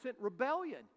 rebellion